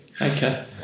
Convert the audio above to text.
Okay